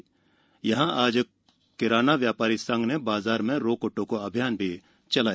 इसी तरह यहां में आज किराना व्यापार संघ ने बाजार में रोको टोको अभियान चलाया